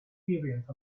experience